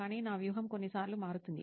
కానీ నా వ్యూహం కొన్నిసార్లు మారుతుంది